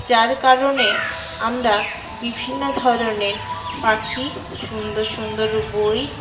যার কারণে আমরা বিভিন্ন ধরনের পাখি সুন্দর সুন্দর বই